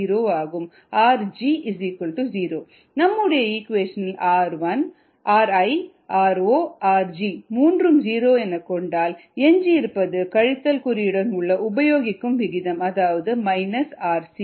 𝑟𝑔 0 நம்முடைய இக்வேஷனில் 𝑟𝑖 𝑟𝑜 𝑟𝑔 மூன்றும் ஜீரோ என கொண்டால் எஞ்சியிருப்பது கழித்தல் குறியுடன் உள்ள உபயோகிக்கும் விகிதம் அதாவது 𝑟c